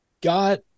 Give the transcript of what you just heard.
got